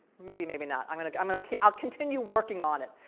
maybe, maybe not. i'm going like i'm going to i'll continue working on it.